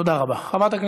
תודה רבה, אדוני.